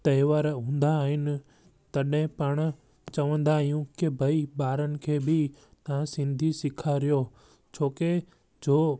त्योहार हूंदा आहिनि तॾहिं पाण चवंदा आहियूं की भई ॿारनि खे बि तव्हां सिंधी सेखारियो छो की जो